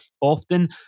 often